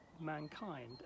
mankind